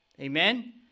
Amen